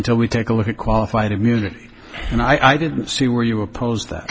until we take a look at qualified immunity and i didn't see where you opposed that